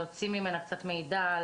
להוציא ממנה קצת מידע,